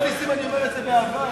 נסים, אומר את זה באהבה,